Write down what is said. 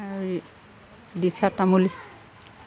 আৰু দিচা তামুলী